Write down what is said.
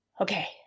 Okay